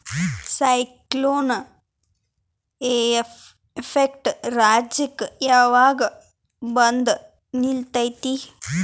Cyclone effect ರಾಜ್ಯಕ್ಕೆ ಯಾವಾಗ ಬಂದ ನಿಲ್ಲತೈತಿ?